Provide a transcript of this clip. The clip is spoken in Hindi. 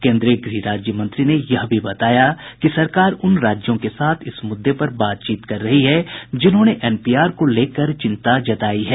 केन्द्रीय गृह राज्य मंत्री ने यह भी बताया कि सरकार उन राज्यों के साथ इस मुद्दे पर बातचीत कर रही है जिन्होंने एनपीआर को लेकर चिंता जतायी है